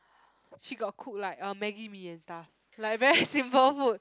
she got cook like uh maggi-mee and stuff like very simple food